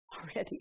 already